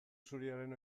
zuriaren